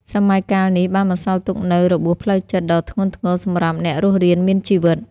សម័យកាលនេះបានបន្សល់ទុកនូវរបួសផ្លូវចិត្ត ដ៏ធ្ងន់ធ្ងរសម្រាប់អ្នករស់រានមានជីវិត។